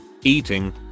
eating